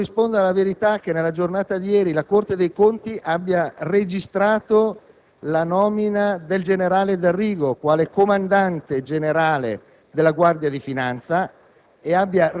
se corrisponde alla verità che nella giornata di ieri la Corte dei conti abbia registrato la nomina del generale D'Arrigo quale comandante generale della Guardia di finanza